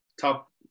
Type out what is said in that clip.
top